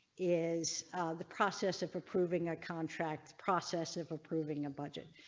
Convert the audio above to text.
is the process of approving a contract process of approving a budget.